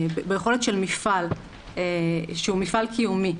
ביכולת של מפעל שהוא מפעל קיומי,